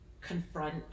confront